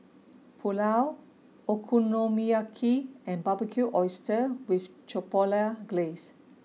Pulao Okonomiyaki and Barbecued Oysters with Chipotle Glaze